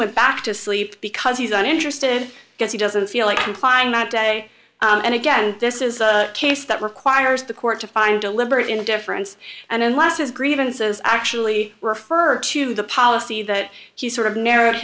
went back to sleep because he's not interested because he doesn't feel like confined that day and again this is a case that requires the court to find deliberate indifference and unless his grievances actually refer to the policy that he sort of narr